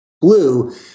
blue